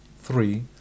three